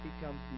becomes